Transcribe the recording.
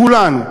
כולנו.